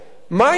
מה יקרה?